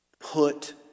Put